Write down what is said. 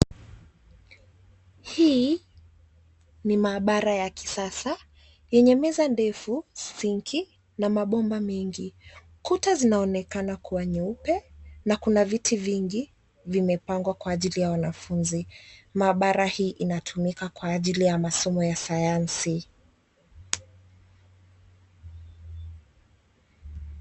Hii ni maabara ya kisasa yenye: meza ndefu, sinki na mabomba mengi. Kuta zinaonekana kuwa nyeupe na kuna viti vingi vimepangwa kwa ajili ya wanafunzi. Maabara hii inatumika kwa ajili ya masomo ya Sayansi.